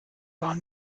waren